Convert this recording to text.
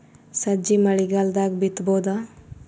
ಸಜ್ಜಿ ಮಳಿಗಾಲ್ ದಾಗ್ ಬಿತಬೋದ?